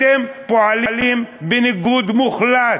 אתם פועלים בניגוד מוחלט,